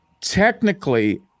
technically